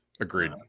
Agreed